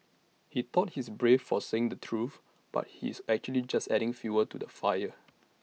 he thought he's brave for saying the truth but he's actually just adding fuel to the fire